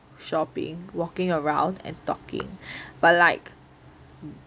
shopping walking around and talking but like